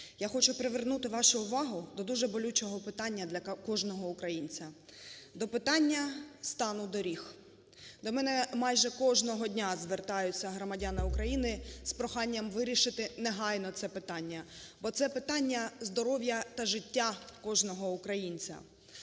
Я хочу привернути вашу увагу до дуже болючого питання для кожного українця – до питання стану доріг. До мене майже кожного дня звертаються громадяни України з проханням вирішити негайно це питання, бо це питання здоров'я та життя кожного українця.